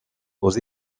aux